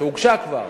שהוגשה כבר,